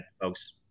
folks